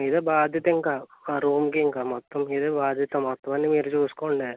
మీదే బాధ్యత ఇంకా ఆ రూమ్కి ఇంకా మొత్తం మీదే బాధ్యత మొత్తం అన్నీ మీరు చూసుకోండి